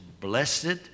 blessed